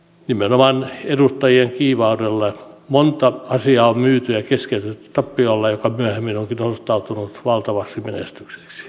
nimenomaan edustajien kiivaudella monta asiaa on myyty ja keskeytetty tappiolla joka myöhemmin on osoittautunut valtavaksi menestykseksi